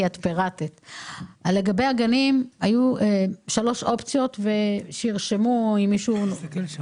לגבי גני הילדים, היו שלוש אופציות: הראשונה,